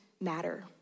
matter